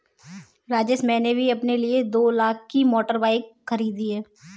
राजेश मैंने भी अपने लिए दो लाख की मोटर बाइक खरीदी है